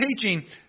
teaching